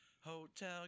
Hotel